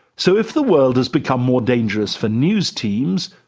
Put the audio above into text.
so if the world has become more dangerous for news teams,